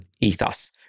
ethos